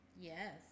Yes